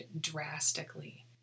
drastically